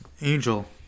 Angel